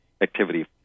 activity